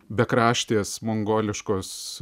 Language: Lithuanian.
bekraštės mongoliškos